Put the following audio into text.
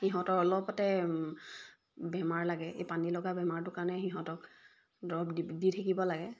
সিহঁতৰ অলপতে বেমাৰ লাগে এই পানীলগা বেমাৰটোৰ কাৰণে সিহঁতক দৰৱ দি থাকিব লাগে